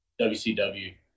WCW